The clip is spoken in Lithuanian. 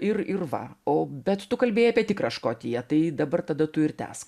ir ir va o bet tu kalbėjai apie tikrą škotiją tai dabar tada tu it tęsk